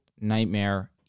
nightmare